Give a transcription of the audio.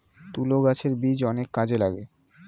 তুলো গাছের বীজ অনেক কাজে লাগে